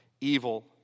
evil